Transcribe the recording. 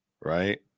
right